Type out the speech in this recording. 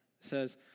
says